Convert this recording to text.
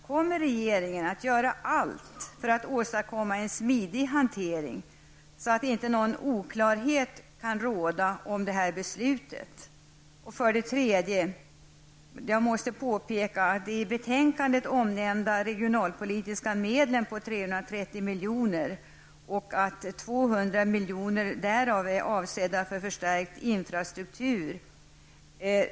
Kommer regeringen att göra allt för att åstadkomma en smidig hantering, så att inte någon oklarhet kan råda om detta beslut? 3. Här måste påpekas att 200 miljoner av de i betänkandet omnämnda regionalpolitiska medlen på 330 miljoner är avsedda för förstärkt infrastruktur.